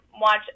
watch